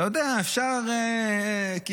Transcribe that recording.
אתה יודע, אפשר לזרום.